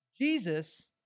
Jesus